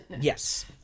Yes